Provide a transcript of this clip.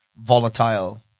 volatile